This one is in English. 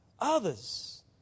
Others